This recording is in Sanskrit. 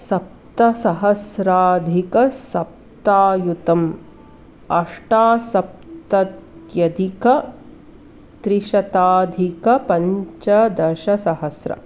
सप्तसहस्राधिकसप्तायुतम् अष्टसप्तत्यधिकत्रिशताधिकपञ्चदशसहस्रम्